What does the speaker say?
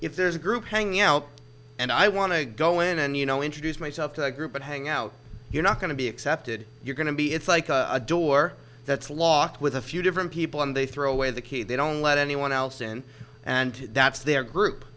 if there's a group hangout and i want to go in and you know introduce myself to a group and hang out you're not going to be accepted you're going to be it's like a door that's lost with a few different people and they throw away the key they don't let anyone else in and that's their group